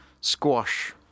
squash